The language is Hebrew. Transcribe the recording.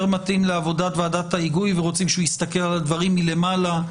מתאים לעבודת ועדת ההיגוי ורוצים שהוא יסתכל על הדברים מלמעלה.